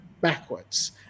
backwards